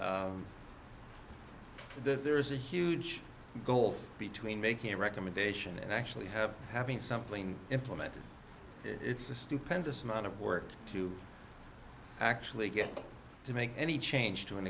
is that there's a huge gulf between making a recommendation and actually have having something implemented it's a stupendous amount of work to actually get to make any change